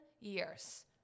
years